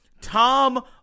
Tom